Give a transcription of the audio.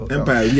Empire